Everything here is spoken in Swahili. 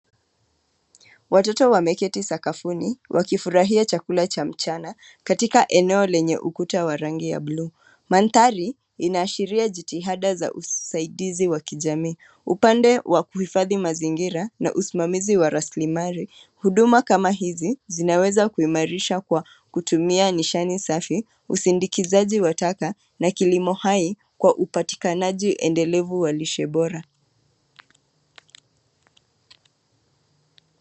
Watoto wameketi sakafuni, wakifurahia chakula cha mchana, katika eneo lenye ukuta wa rangi ya bluu. Mandhari, inaashiria jitihada za usaidizi wa kijamii, upande wa kuhifadhi mazingira na usimamizi wa rasilimali. Huduma kama hizi, zinaweza kuimarisha kwa kutumia nishani safi, usindikizaji wa taka na kilimo hai, kwa upatikanaji endelefu wa lishe bora.